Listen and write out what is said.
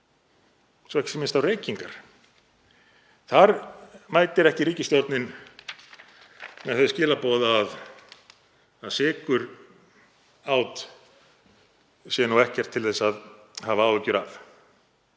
svo ekki sé minnst á reykingar. Þar mætir ekki ríkisstjórnin með þau skilaboð að sykurát sé nú ekkert til að hafa áhyggjur af.